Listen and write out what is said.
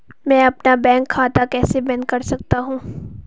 मैं अपना बैंक खाता कैसे बंद कर सकता हूँ?